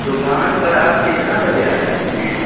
دکان پر آپ کتنا بجے آ جاتے ہیں